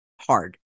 hard